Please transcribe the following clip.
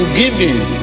giving